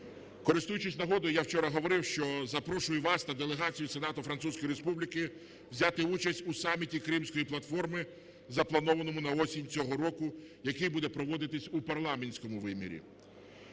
Користуючись нагодою, я вчора говорив, що запрошую вас та делегацію Сенату Французької Республіки взяти участь у саміті Кримської платформи, запланованому на осінь цього року, який буде проводитись у парламентському вимірі.